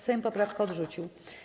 Sejm poprawkę odrzucił.